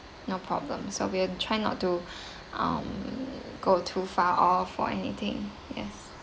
no problem so we'll try not to um go too far or for anything yes